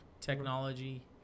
technology